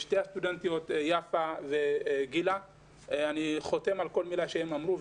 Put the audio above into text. הן צודקות ואני חותם על כל מילה שהן אמרו.